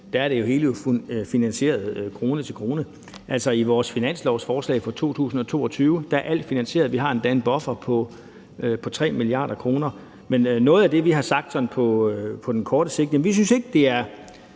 er det hele jo finansieret krone til krone. Altså, i vores finanslovsforslag for 2022 er alt finansieret – vi har endda en buffer på 3 mia. kr. Men noget af det, vi har sagt, sådan på det korte sigt, er, at vi ikke synes, det er